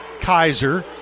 Kaiser